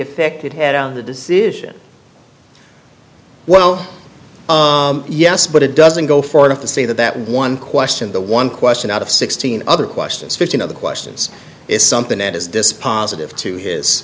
effect it had on the decision well yes but it doesn't go far enough to say that that one question the one question out of sixteen other questions fifteen of the questions is something that is dispositive to his